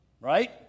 right